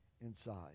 inside